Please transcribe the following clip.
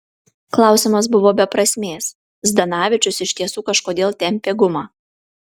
klausimas buvo be prasmės zdanavičius iš tiesų kažkodėl tempė gumą